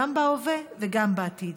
גם בהווה וגם בעתיד.